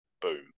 boom